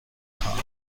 خواهم